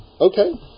Okay